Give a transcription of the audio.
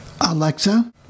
Alexa